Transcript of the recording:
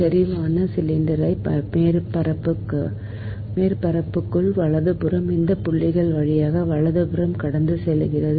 செறிவான சிலிண்டர் மேற்பரப்புகளுக்குள் வலதுபுறம் இந்த புள்ளிகள் வழியாக வலதுபுறம் கடந்து செல்கிறது